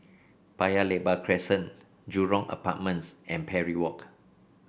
Paya Lebar Crescent Jurong Apartments and Parry Walk